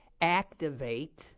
activate